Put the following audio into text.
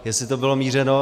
Jestli to bylo mířeno...